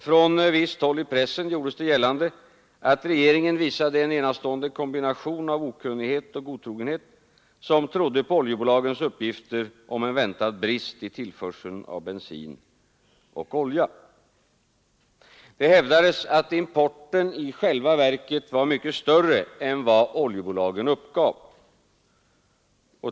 Från visst håll i pressen gjordes det gällande att regeringen visade en enastående kombination av okunnighet och godtrogenhet, då regeringen trodde på oljebolagens uppgifter om en väntad brist i tillförseln av bensin och olja. Det hävdades att importen i själva verket var mycket större än vad oljebolagen uppgav.